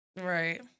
Right